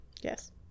Yes